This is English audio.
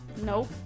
Nope